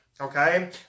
okay